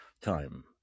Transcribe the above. time